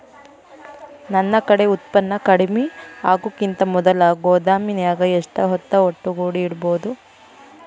ನನ್ ಕಡೆ ಉತ್ಪನ್ನ ಕಡಿಮಿ ಆಗುಕಿಂತ ಮೊದಲ ಗೋದಾಮಿನ್ಯಾಗ ಎಷ್ಟ ಹೊತ್ತ ಒಟ್ಟುಗೂಡಿ ಇಡ್ಬೋದು?